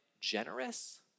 generous